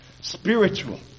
Spiritual